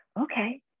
Okay